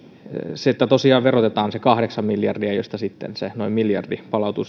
se että tosiaan verotetaan se kahdeksan miljardia mistä sitten se noin miljardi palautuu